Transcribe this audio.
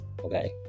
okay